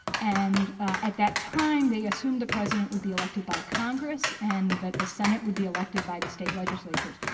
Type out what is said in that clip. and at that time, they assumed the president would be elected by congress and that the senate would be elected by the state legislators.